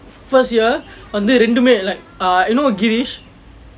first year வந்து இரண்டுமே:vandthu irandume like err you know kilesh